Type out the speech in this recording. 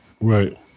Right